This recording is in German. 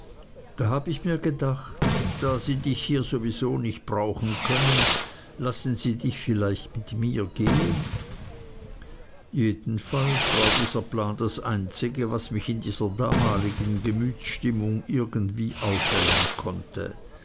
da hab ich mir gedacht da sie dich hier sowieso nicht brauchen können lassen sie dich vielleicht mit mir gehen jedenfalls war dieser plan das einzige was mich in meiner damaligen gemütsstimmung irgendwie aufhellen konnte